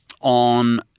on